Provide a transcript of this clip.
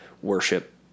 worship